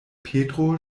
petro